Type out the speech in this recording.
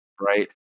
right